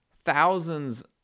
thousands